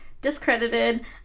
discredited